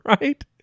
Right